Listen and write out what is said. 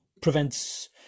prevents